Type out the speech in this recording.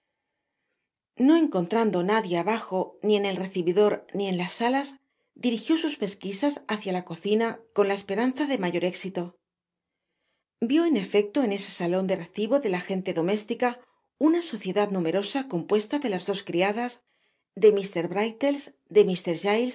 no encontrando nadie abajo ni en el recibidor ni en las salas dirijió sus pesquizas hasta la cocina con la esperanza de mayor éxito vió en efecto en ese salon de recibo de la genie doméstica una sociedad numerosa compuesta de las dos criadas de mr brittles d